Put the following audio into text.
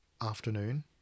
afternoon